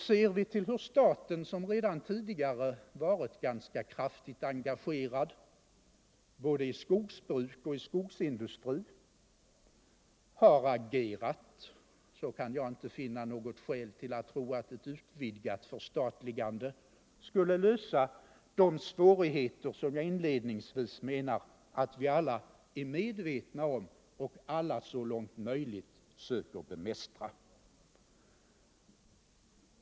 Ser jag på hur staten, som redan tidigare varit ganska kraftigt engagerad både i skogsbruk och i skogsindustri, har agerat, kan jag inte finna något skäl till att tro att ett utvidgat förstatligande skulle lösa de svårigheter som jag inledningsvis menade att vi alla är medvetna om och som alla så långt det är möjligt söker bemästra.